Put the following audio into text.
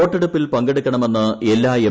വോട്ടെടുപ്പിൽ പങ്കെടുക്കണമെന്ന് എല്ലാ എം